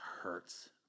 hurts